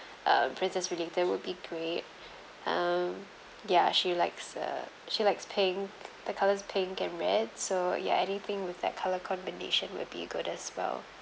um princess related will be great um ya she likes uh she likes pink the colours pink and red so ya anything with that colour combination would be good as well